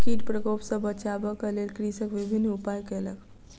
कीट प्रकोप सॅ बचाबक लेल कृषक विभिन्न उपाय कयलक